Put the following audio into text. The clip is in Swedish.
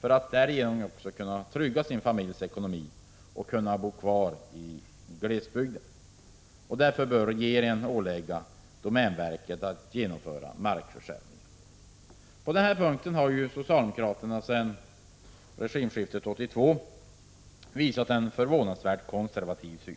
för att därigenom kunna trygga sin familjs ekonomi och kunna bo kvar i glesbygden. Därför bör regeringen ålägga domänverket att genomföra markförsäljningar. På den här punkten har socialdemokraterna sedan regimskiftet 1982 visat en förvånansvärt konservativ syn.